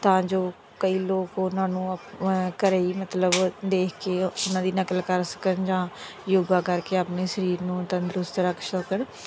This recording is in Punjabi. ਤਾਂ ਜੋ ਕਈ ਲੋਕ ਉਹਨਾਂ ਨੂੰ ਅਪ ਘਰੇ ਹੀ ਮਤਲਬ ਦੇਖ ਕੇ ਉਹਨਾਂ ਦੀ ਨਕਲ ਕਰ ਸਕਣ ਜਾਂ ਯੋਗਾ ਕਰਕੇ ਆਪਣੇ ਸਰੀਰ ਨੂੰ ਤੰਦਰੁਸਤ ਰੱਖ ਸਕਣ